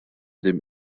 dem